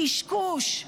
קשקוש.